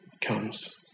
comes